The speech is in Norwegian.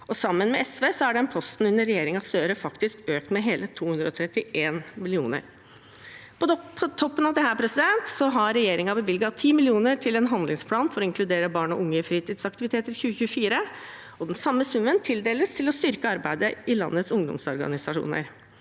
Sammen med SV er den posten under regjeringen Støre faktisk økt med hele 231 mill. kr. På toppen av dette har regjeringen bevilget 10 mill. kr til en handlingsplan for å inkludere barn og unge i fritidsaktiviteter i 2024, og den samme summen tildeles for å styrke arbeidet i landets ungdomsorganisasjoner.